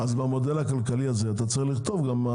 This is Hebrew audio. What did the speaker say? במודל הכלכלי הזה אתה צריך לכתוב גם מה